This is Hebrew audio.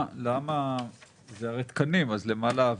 זה הרי תקנים, אז למה להעביר?